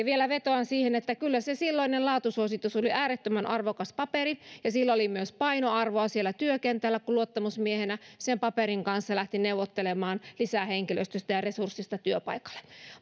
vielä vetoan siihen että kyllä se silloinen laatusuositus oli äärettömän arvokas paperi ja sillä oli myös painoarvoa työkentällä kun luottamusmiehenä sen paperin kanssa lähti neuvottelemaan lisähenkilöstöstä ja resurssista työpaikalle